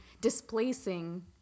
displacing